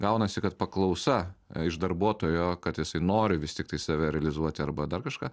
gaunasi kad paklausa iš darbuotojo kad jisai nori vis tiktai save realizuoti arba dar kažką